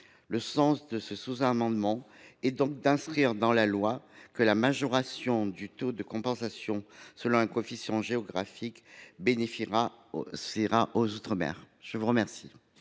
Le sens de ce sous amendement est donc d’inscrire dans la loi que la majoration du taux de compensation selon un coefficient géographique bénéficiera aux outre mer. Quel